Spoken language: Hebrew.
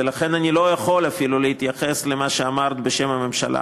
ולכן אני לא יכול אפילו להתייחס למה שאמרת בשם הממשלה.